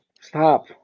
Stop